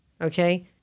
okay